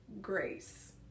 grace